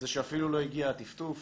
שאפילו לא הגיע הטפטוף.